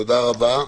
תודה רבה.